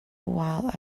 while